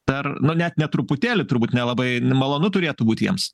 dar nu net ne truputėlį turbūt nelabai malonu turėtų būt jiems